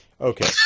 Okay